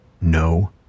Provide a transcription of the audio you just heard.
No